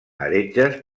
heretges